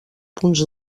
punts